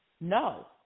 no